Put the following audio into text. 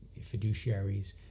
fiduciaries